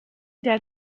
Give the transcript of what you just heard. der